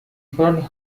فرد